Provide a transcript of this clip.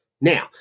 now